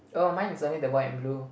oh mine is only the white and blue